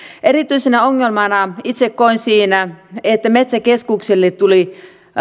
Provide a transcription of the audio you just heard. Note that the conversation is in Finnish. erityisenä ongelmana itse koin siinä että metsäkeskuksille tuli